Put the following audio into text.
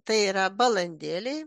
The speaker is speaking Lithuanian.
tai yra balandėliai